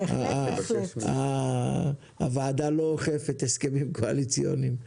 בהחלט --- הוועדה לא אוכפת הסכמים קואליציוניים.